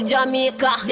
Jamaica